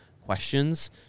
questions